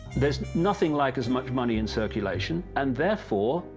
there's nothing like as much money in circulation and therefore,